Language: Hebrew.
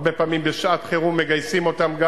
הרבה פעמים בשעת חירום מגייסים גם אותן.